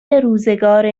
روزگار